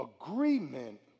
agreement